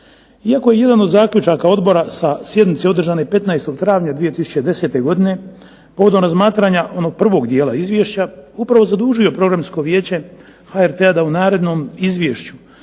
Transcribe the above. Iako je jedan od zaključaka Odbora sa sjednice održane 15. travnja 2010. povodom razmatranja onog prvog dijela Izvješća upravo zadužio Programsko vijeće HRT-a da u narednom Izvješću